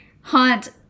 haunt